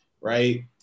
right